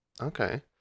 Okay